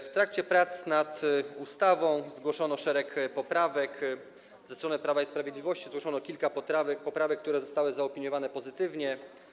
W trakcie prac nad ustawą zgłoszono szereg poprawek, ze strony Prawa i Sprawiedliwości zgłoszono kilka poprawek, które zostały zaopiniowane pozytywnie.